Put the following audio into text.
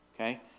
Okay